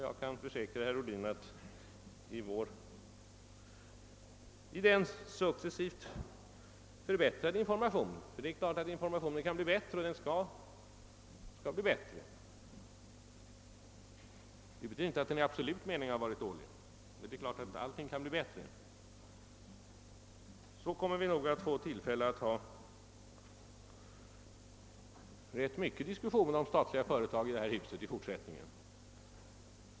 Jag kan försäkra herr Ohlin att med en successivt förbättrad information — det är klart att informationen kan bli bättre och den skall bli bättre, vilket inte betyder att den i absolut mening har varit dålig, men det är klart att allting kan bli bättre — kommer vi nog att få tillfälle att föra rätt många diskussioner om statliga företag i detta hus i fortsättningen.